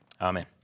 amen